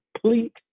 complete